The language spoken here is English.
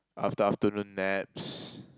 after~ afternoon naps